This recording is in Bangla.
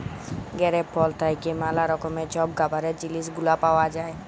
গেরেপ ফল থ্যাইকে ম্যালা রকমের ছব খাবারের জিলিস গুলা পাউয়া যায়